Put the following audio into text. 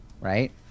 Right